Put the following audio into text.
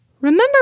Remember